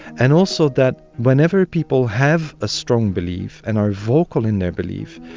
and also that whenever people have a strong belief and our vocal in their belief,